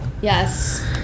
yes